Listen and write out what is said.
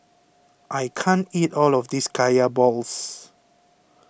I can't eat all of this Kaya Balls